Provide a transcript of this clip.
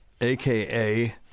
aka